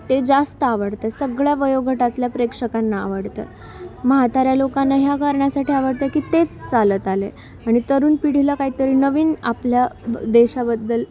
ते जास्त आवडतं सगळ्या वयोगटातल्या प्रेक्षकांना आवडतं म्हाताऱ्या लोकांना ह्या कारणासाठी आवडतं की तेच चालत आले आणि तरुण पिढीला काहीतरी नवीन आपल्या देशाबद्दल